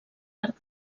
arc